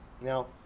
Now